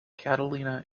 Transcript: catalina